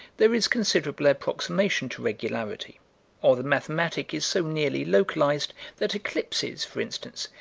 there is considerable approximation to regularity or the mathematic is so nearly localized that eclipses, for instance,